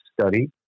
study